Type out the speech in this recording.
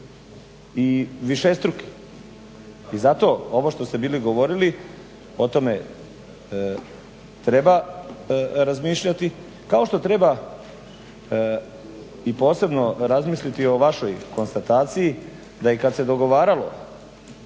i višestruki. I zato ovo što ste bili govorili o tome treba razmišljati kao što treba i posebno razmisliti o vašoj konstataciji da i kad se dogovaralo